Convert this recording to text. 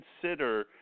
consider